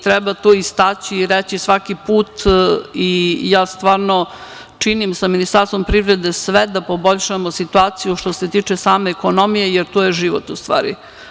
Treba to istaći i reći svaki put i ja stvarno činim sa Ministarstvom privrede sve da poboljšamo situaciju što se tiče same ekonomije, jer tu je život u stvari.